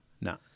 No